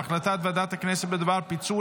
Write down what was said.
בסדר-היום: החלטת ועדת הכנסת בדבר פיצול